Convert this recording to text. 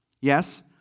Yes